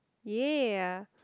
ya